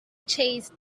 chased